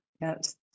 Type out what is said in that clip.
yes